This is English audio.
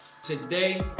Today